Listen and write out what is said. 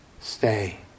Stay